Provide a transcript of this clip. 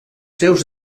seus